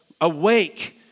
awake